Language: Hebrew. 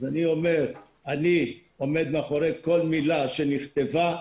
אני עומד מאחורי כל מילה שנכתבה.